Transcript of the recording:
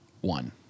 One